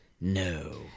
no